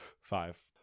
Five